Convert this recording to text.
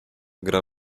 gra